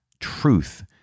Truth